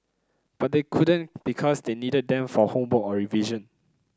but they couldn't because they needed them for homework or revision